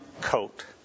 coat